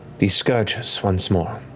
these scourgers once more,